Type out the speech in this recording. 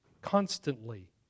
constantly